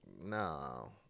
no